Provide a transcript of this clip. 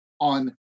on